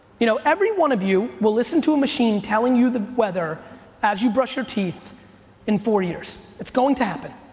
you know every one of you will listen to a machine telling you the weather as you brush your teeth in four years. it's going to happen.